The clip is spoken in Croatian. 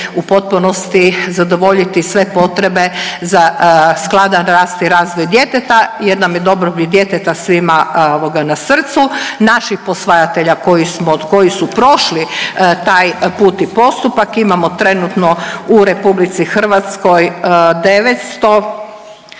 u potpunosti zadovoljiti sve potrebe za skladan rast i razvoj djeteta jer nam je dobrobit djeteta svima na srcu, naših posvajatelja koji su prošli taj put i postupak. Imamo trenutno u RH 900,